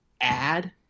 add